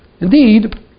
Indeed